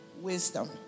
wisdom